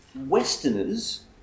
Westerners